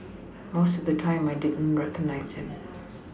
most of the time I don't recognise them